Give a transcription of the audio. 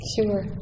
Sure